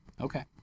Okay